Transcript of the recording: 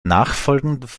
nachfolgend